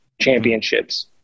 championships